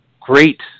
great